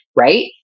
right